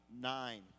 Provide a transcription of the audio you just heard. Nine